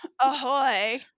Ahoy